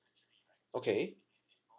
okay